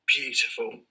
beautiful